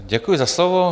Děkuji za slovo.